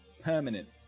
permanent